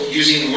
using